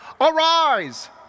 arise